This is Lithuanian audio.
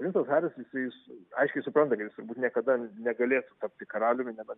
princas haris jisai aiškiai supranta kad jis turbūt niekada negalėtų tapti karaliumi nebent